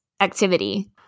activity